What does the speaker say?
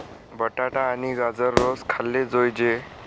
बटाटा आणि गाजर रोज खाल्ले जोयजे